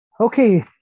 Okay